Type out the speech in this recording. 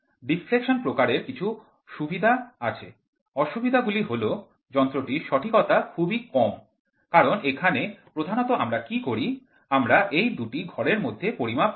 deflection প্রকারের কিছু অসুবিধা আছে অসুবিধা গুলি হল যন্ত্রটির সঠিকতা খুবই কম কারণ এখানে প্রধানত আমরা কি করি আমরা এই দুটি ঘরের মধ্যে পরিমাপ করি